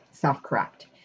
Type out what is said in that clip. self-correct